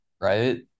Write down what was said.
Right